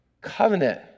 covenant